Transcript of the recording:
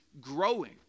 growing